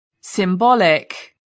Symbolic